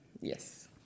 Yes